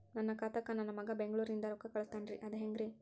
ನನ್ನ ಖಾತಾಕ್ಕ ನನ್ನ ಮಗಾ ಬೆಂಗಳೂರನಿಂದ ರೊಕ್ಕ ಕಳಸ್ತಾನ್ರಿ ಅದ ಹೆಂಗ್ರಿ?